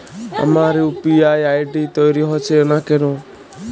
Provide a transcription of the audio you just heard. আমার UPI ID তৈরি হচ্ছে না কেনো?